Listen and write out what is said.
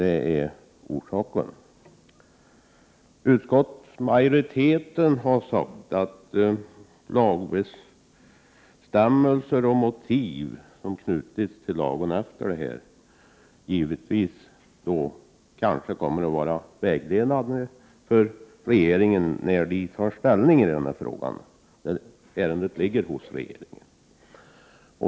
Utskottsmajoriteten har förklarat att motiven till den nya lagstiftningen givetvis kan vara vägledande för regeringen, när den skall ta ställning i denna fråga. Ärendet ligger ju hos regeringen.